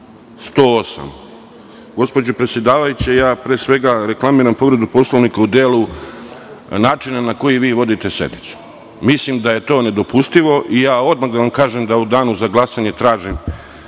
108.Gospođo predsedavajuća, pre svega reklamiram povredu Poslovnika u delu načina na koji vi vodite sednicu. Mislim da je to nedopustivo i odmah da vam kažem da u danu za glasanje tražim